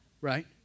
Right